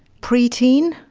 pre-teen.